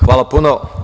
Hvala puno.